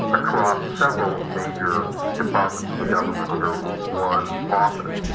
across several major departments of the government under one office.